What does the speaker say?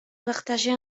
partagés